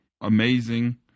amazing